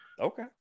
okay